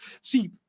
See